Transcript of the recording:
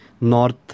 North